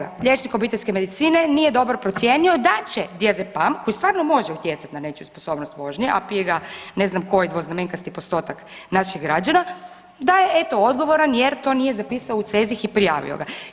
I evo ga, liječnik obiteljske medicine nije dobro procijenio da će diazepam koji stvarno može utjecati na nečiju sposobnost vožnje, a pije ga ne zna koji dvoznamenkasti postotak naših građana, da je eto odgovoran jer to nije zapisao u CEZIH i prijavio ga.